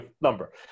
number